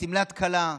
בשמלת כלה.